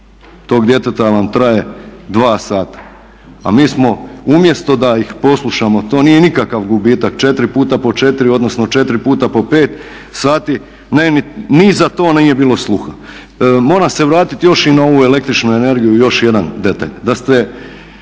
tog djeteta vam traje dva sata, a mi smo umjesto da ih poslušamo, to nije nikakav gubitak 4 puta po 4 odnosno 4 puta po 5 sati ni za to nije bilo sluha. Moram se vratiti još i na ovu el.energiju i još jedan detalj.